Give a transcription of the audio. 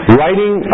writing